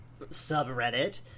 subreddit